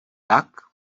tak